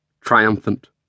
triumphant